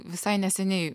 visai neseniai